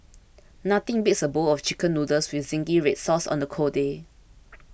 nothing beats a bowl of Chicken Noodles with Zingy Red Sauce on a cold day